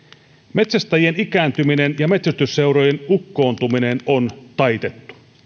metsästäjien ikääntyminen ja metsästysseurojen ukkoontuminen on taitettu